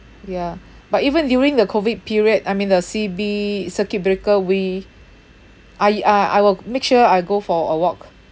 ya but even during the COVID period I mean the C_B circuit breaker we I uh I will make sure I go for a walk